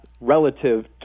relative